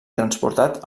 transportat